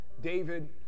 David